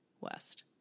West